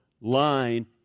line